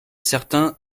certain